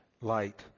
light